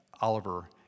Oliver